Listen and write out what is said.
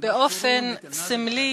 באופן סמלי,